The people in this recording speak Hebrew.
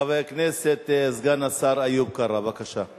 חבר הכנסת סגן השר איוב קרא, בבקשה.